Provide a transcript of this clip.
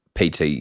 PT